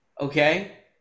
Okay